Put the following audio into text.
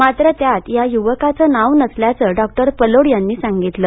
मात्र त्यात या युवकाचं नाव नसल्याचे डॉ पलोड यांनी सांगितलं